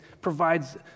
provides